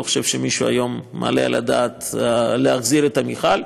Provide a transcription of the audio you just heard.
אני לא חושב שמישהו היום מעלה על הדעת להחזיר את המכל.